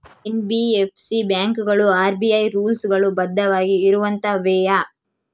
NBFC ಬ್ಯಾಂಕುಗಳು RBI rules ಗಳು ಬದ್ಧವಾಗಿ ಇರುತ್ತವೆಯ?